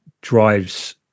drives